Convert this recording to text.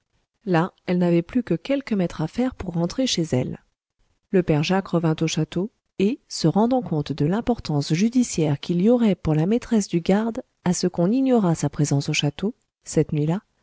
là elle n'avait plus que quelques mètres à faire pour rentrer chez elle le père jacques revint au château et se rendant compte de l'importance judiciaire qu'il y aurait pour la maîtresse du garde à ce qu'on ignorât sa présence au château cette nuit-là